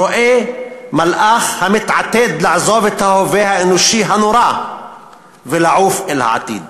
הוא רואה מלאך המתעתד לעזוב את ההווה האנושי הנורא ולעוף אל העתיד.